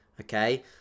Okay